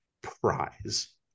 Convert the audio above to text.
prize